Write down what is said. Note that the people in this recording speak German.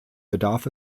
bedarf